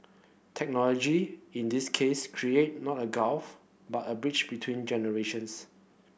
technology in this case created not a gulf but a bridge between generations